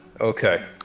Okay